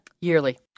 Yearly